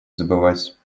забывать